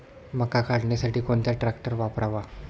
मका काढणीसाठी कोणता ट्रॅक्टर वापरावा?